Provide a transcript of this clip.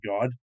god